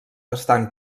estan